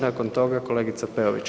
Nakon toga kolegica Peović.